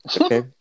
okay